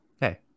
hey